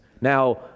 Now